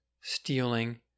stealing